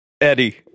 Eddie